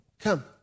Come